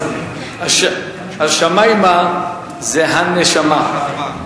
אז "השמימה", זה הנשמה.